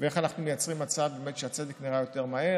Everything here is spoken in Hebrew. ואיך אנחנו מייצרים מצב שהצדק נראה יותר מהר.